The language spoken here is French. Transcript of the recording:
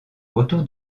autour